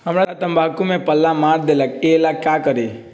हमरा तंबाकू में पल्ला मार देलक ये ला का करी?